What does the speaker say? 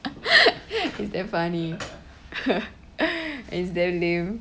is damn funny and it's damn lame